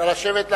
נא לשבת.